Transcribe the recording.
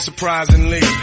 Surprisingly